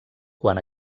quan